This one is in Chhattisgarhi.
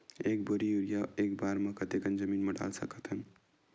एक बोरी यूरिया ल एक बार म कते कन जमीन म डाल सकत हन?